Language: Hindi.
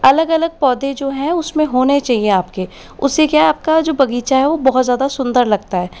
अलग अलग पौधे जो हैं उसमें होने चाहिए आपके उससे क्या है आपका जो बगीचा है वो बहुत ज़्यादा सुंदर लगता है